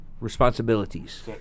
responsibilities